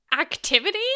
activity